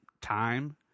time